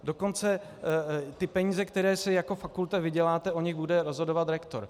Dokonce ty peníze, které si jako fakulta vyděláte, o nich bude rozhodovat rektor.